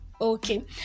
Okay